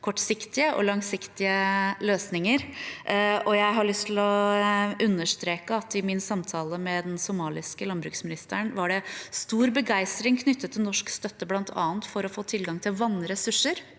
kortsiktige og langsiktige løsninger. Jeg har lyst til å understreke at i min samtale med den somaliske landbruksministeren var det stor begeistring knyttet til norsk støtte, bl.a. for å få tilgang til vannressurser